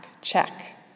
check